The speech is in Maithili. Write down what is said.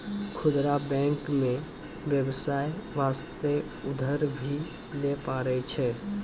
खुदरा बैंक मे बेबसाय बास्ते उधर भी लै पारै छै